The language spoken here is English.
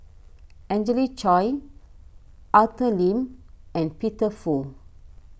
Angelina Choy Arthur Lim and Peter Fu